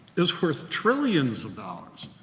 is worth trillions of dollars.